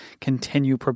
continue